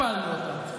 הפלנו אותה,